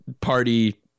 party